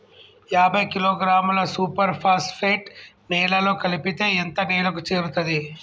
యాభై కిలోగ్రాముల super phosphate నేలలో కలిపితే ఎంత నేలకు చేరుతది?